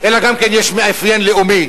אלא יש גם מאפיין לאומי,